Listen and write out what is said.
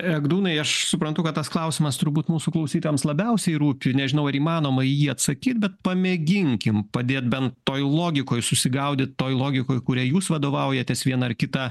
egdūnai aš suprantu kad tas klausimas turbūt mūsų klausytojams labiausiai rūpi nežinau ar įmanoma į jį atsakyt bet pamėginkim padėt bent toj logikoj susigaudyt toj logikoj kuria jūs vadovaujatės viena ar kita